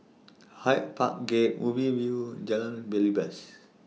Hyde Park Gate Ubi View Jalan Belibas